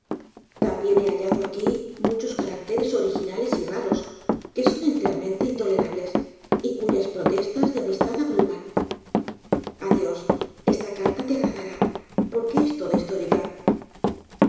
también he hallado aqui muchos caracteres originales y raros que son enteramente intolerables y cuyas protestas de amistad abruman adiós esta carta te agradará porque es toda histórica